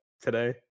today